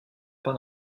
pas